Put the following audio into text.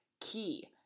key